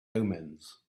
omens